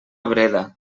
breda